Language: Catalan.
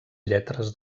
lletres